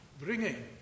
Bringing